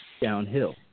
downhill